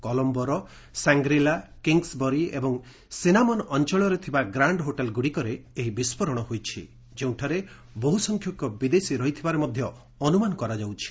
କଲମ୍ବୋର Shangri La Kingsbury ଏବଂ Cinnamon ଅଞ୍ଚଳରେ ଥିବା ଗ୍ରାଣ୍ଡ୍ ହୋଟେଲ୍ଗୁଡ଼ିକରେ ଏହି ବିସ୍ଫୋରଣ ହୋଇଛି ଯେଉଁଠାରେ ବହୁସଂଖ୍ୟକ ବିଦେଶୀ ରହିଥିବାର ମଧ୍ୟ ଅନୁମାନ କରାଯାଉଛି